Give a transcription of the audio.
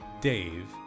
Dave